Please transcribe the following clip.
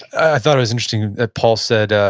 i thought it was interesting that paul said, ah